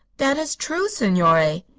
that is true, signore.